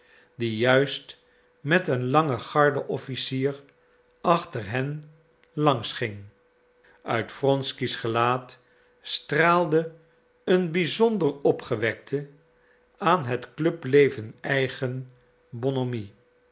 die juist met een langen gardeofficier achter hen langs ging uit wronsky's gelaat straalde een bizonder opgewekte aan het clubleven eigen